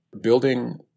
Building